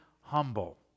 humble